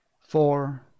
Four